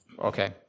Okay